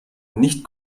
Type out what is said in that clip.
nicht